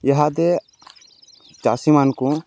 ଏହାଦେ ଚାଷୀମାନ୍ଙ୍କୁ